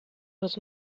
was